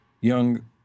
young